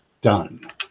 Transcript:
done